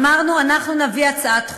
אמרנו: אנחנו נביא הצעת חוק,